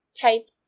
type